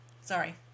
Sorry